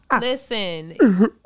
Listen